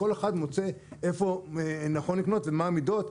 כל אחד מוצא איפה נכון לו לקנות ומה המידות.